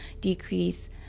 decrease